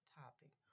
topic